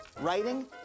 writing